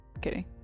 kidding